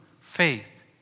faith